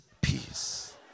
Peace